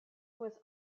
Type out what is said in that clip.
was